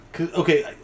Okay